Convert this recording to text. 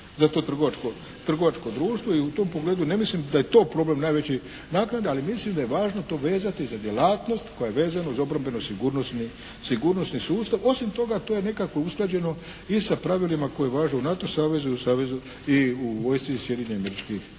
za to trgovačko društvo. I u tom pogledu ne mislim da je to problem najveći, naknada. Ali mislim da je važno to vezati za djelatnost koja je vezana uz obrambeno-sigurnosni sustav. Osim toga to je nekako usklađeno i sa pravilima koji važe u NATO savezu i savezu, i u vojsci Sjedinjenih Američkih